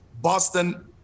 Boston